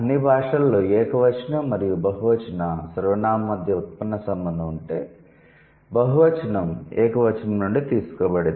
అన్ని భాషలలో ఏకవచనం మరియు బహువచన సర్వనామం మధ్య ఉత్పన్న సంబంధం ఉంటే బహువచనం ఏకవచనం నుండి తీసుకోబడింది